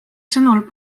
hinnangul